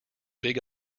big